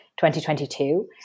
2022